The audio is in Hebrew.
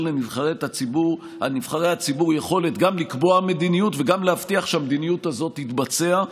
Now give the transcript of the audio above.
לנבחרי הציבור יכולת גם לקבוע מדיניות וגם להבטיח שהמדיניות הזאת תתבצע.